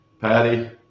Patty